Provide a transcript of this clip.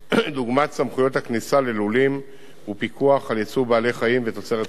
כדוגמת סמכויות הכניסה ללולים ופיקוח על ייצוא בעלי-חיים ותוצרת חקלאית.